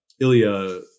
Ilya